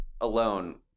alone